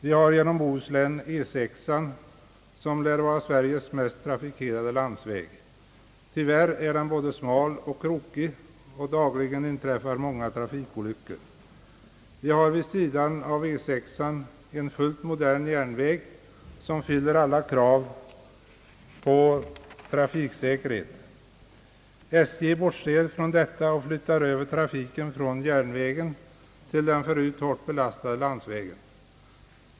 Europaväg 6, som går genom Bohuslän, lär vara Sveriges mest trafikerade landsväg. Tyvärr är den både smal och krokig, och dagligen inträffar trafikolyckor. Vid sidan av E 6:an finns en fullt modern järnväg, som fyller alla krav på trafiksäkerhet. SJ bortser från dessa förhållanden och flyttar över trafiken från järnvägen till den förut hårt belastade landsvägen.